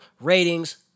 ratings